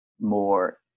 more